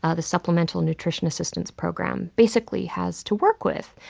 ah the supplemental nutrition assistance program, basically has to work with.